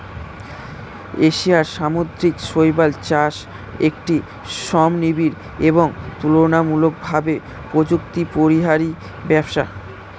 এশিয়ার সামুদ্রিক শৈবাল চাষ একটি শ্রমনিবিড় এবং তুলনামূলকভাবে প্রযুক্তিপরিহারী ব্যবসা